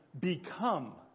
become